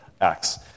Acts